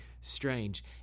strange